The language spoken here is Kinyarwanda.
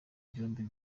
byombi